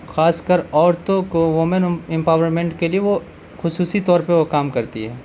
خاص کر عورتوں کو وومن امپاورمینٹ کے لیے وہ خصوصی طور پہ وہ کام کرتی ہے